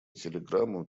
телеграмму